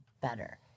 better